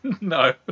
No